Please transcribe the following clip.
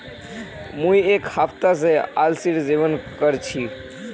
मुई एक हफ्ता स अलसीर सेवन कर छि